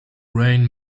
rain